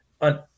on